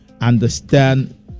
understand